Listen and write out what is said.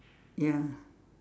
ya